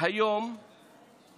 היום יש